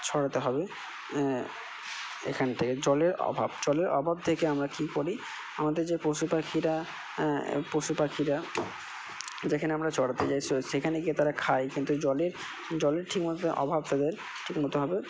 সরাতে হবে এখান থেকে জলের অভাব জলের অভাব থেকে আমরা কী করি আমাদের যে পশুপাখিরা পশুপাখিরা যেখানে আমরা চরাতে যাই সেখানে গিয়ে তারা খায় কিন্তু জলের জলের ঠিকমতো অভাব তাদের ঠিকমতোভাবে